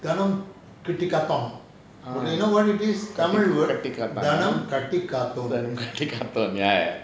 dhanam kitti kathon but you know what it is tamil word தனம் கட்டிக்காத்தோன்:dhanam kattik kaathon